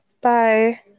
Bye